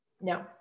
no